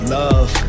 love